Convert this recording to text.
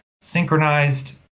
synchronized